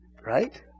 right